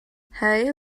hey